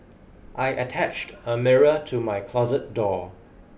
I attached a mirror to my closet door